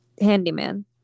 Handyman